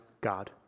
God